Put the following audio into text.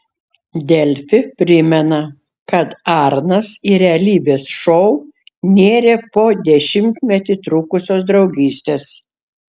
delfi primena kad arnas į realybės šou nėrė po dešimtmetį trukusios draugystės